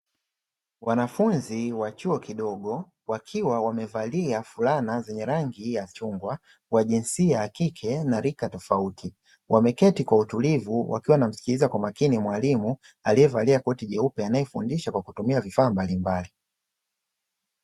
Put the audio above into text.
Wanafunzi wa chuo kidogo wakiwa wamevalia fulana zenye rangi ya chungwa wa jinsia ya kike na rika tofauti wameketi kwa utulivu wakiwa wanamsikiliza kwa makini aliyevalia koti jeupe anayefundisha kwa kutumia vifaa mbalimbali.